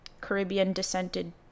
Caribbean-descended